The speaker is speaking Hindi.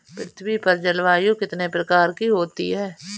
पृथ्वी पर जलवायु कितने प्रकार की होती है?